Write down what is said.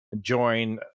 join